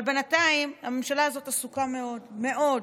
אבל בינתיים הממשלה הזאת עסוקה מאוד מאוד.